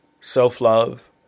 self-love